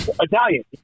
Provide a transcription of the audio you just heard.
Italian